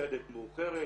נפסדת מאוחרת